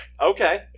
okay